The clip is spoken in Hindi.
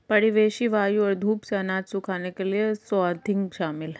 परिवेशी वायु और धूप से अनाज सुखाने के लिए स्वाथिंग शामिल है